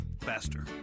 faster